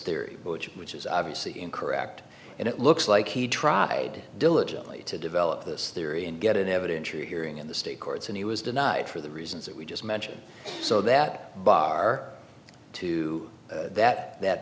theory which is obviously incorrect and it looks like he tried diligently to develop this theory and get an evidentiary hearing in the state courts and he was denied for the reasons that we just mentioned so that bar to that that